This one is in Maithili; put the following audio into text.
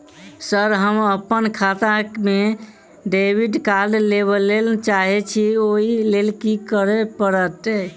सर हम अप्पन खाता मे डेबिट कार्ड लेबलेल चाहे छी ओई लेल की परतै?